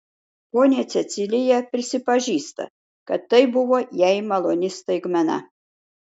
ponia cecilija prisipažįsta kad tai buvo jai maloni staigmena